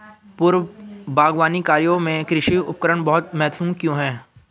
पूर्व बागवानी कार्यों में कृषि उपकरण बहुत महत्वपूर्ण क्यों है?